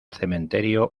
cementerio